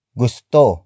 gusto